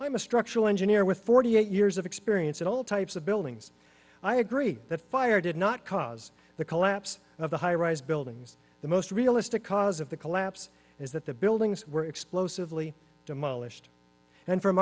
am a structural engineer with forty eight years of experience in all types of buildings i agree that fire did not cause the collapse of the high rise buildings the most realistic cause of the collapse is that the buildings were explosively demolished and from